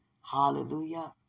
Hallelujah